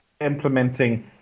implementing